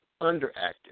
underactive